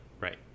right